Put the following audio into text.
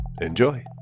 Enjoy